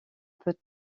peut